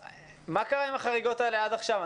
מה קרה עם החריגות האלה עד עכשיו?